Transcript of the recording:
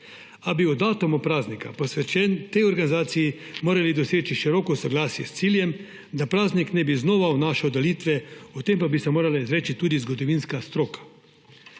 a bi o datumu praznika, posvečenega tej organizaciji, morali doseči široko soglasje s ciljem, da praznik ne bi znova vnašal delitve, o tem pa bi se morala izreči tudi zgodovinska stroka.